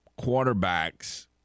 quarterbacks